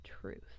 truth